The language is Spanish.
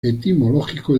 etimológico